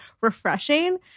refreshing